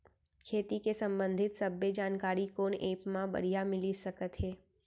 खेती के संबंधित सब्बे जानकारी कोन एप मा बढ़िया मिलिस सकत हे?